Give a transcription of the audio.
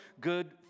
good